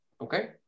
Okay